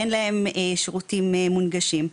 אין להם שירותים מונגשים,